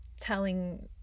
telling